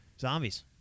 Zombies